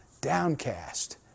Downcast